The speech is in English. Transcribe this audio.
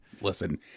Listen